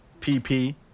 PP